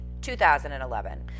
2011